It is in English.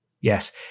Yes